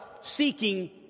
seeking